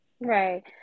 Right